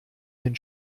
den